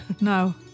No